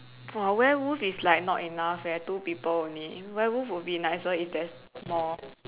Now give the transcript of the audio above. !wah! werewolf is like not enough leh two people only werewolf would be nicer if there is more